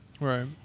Right